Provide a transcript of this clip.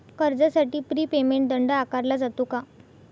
कर्जासाठी pre payment दंड आकारला जातो का?